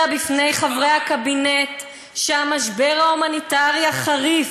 בפני חברי הקבינט שהמשבר ההומניטרי חריף,